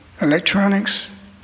electronics